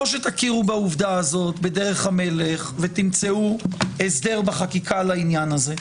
או שתכירו בעובדה הזאת בדרך המלך ותמצאו הסדר בחקיקה לעניין הזה,